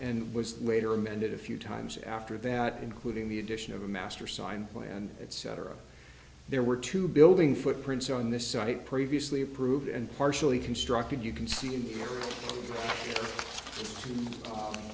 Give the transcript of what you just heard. and was later amended a few times after that including the addition of a master sign plan etc there were two building footprints on this site previously approved and partially constructed you can see